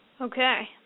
Okay